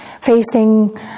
facing